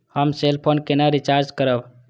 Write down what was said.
हम cell phone केना recharge करब?